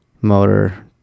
motor